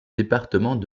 département